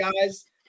guys